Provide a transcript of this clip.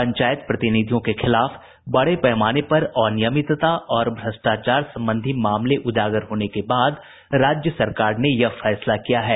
पंचायत प्रतिनिधियों के खिलाफ बड़े पैमाने पर अनियमितता और भ्रष्टाचार संबंधी मामले उजागर होने के बाद राज्य सरकार ने यह फैसला किया है